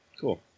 Cool